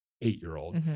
eight-year-old